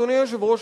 אדוני היושב-ראש,